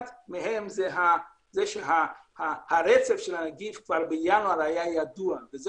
אחד מהם הוא שהרצף של הנגיף כבר בינואר היה ידוע וזה